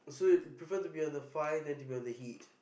so you prefer to be on the fire than to be on the heat